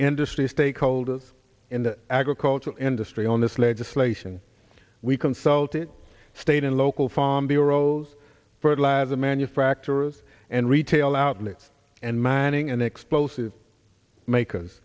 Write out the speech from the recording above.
industry stakeholders in the agricultural industry on this legislation we consulted state and local farm bureau fertilizer manufacturers and retail outlets and mining and explosives makers